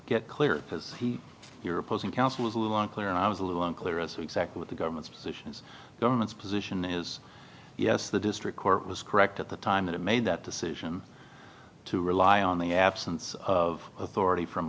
get clear because you're opposing counsel is a little unclear and i was a little unclear as to exactly what the government's position is government's position is yes the district court was correct at the time that it made that decision to rely on the absence of authority from